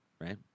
right